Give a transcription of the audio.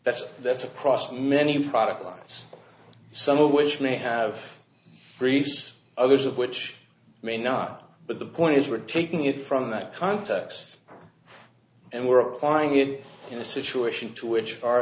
that's that's across many product lines some of which may have briefs others of which may not but the point is we're taking it from that context and we're applying it in a situation to which